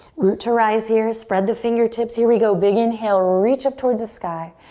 root to rise here. spread the fingertips. here we go. big inhale, reach up towards the sky.